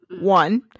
One